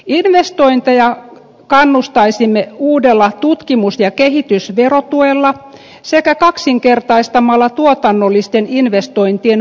investointeja kannustaisimme uudella tutkimus ja kehitysverotuella sekä kaksinkertaistamalla tuotannollisten investointien poistot verotuksessa